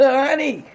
Honey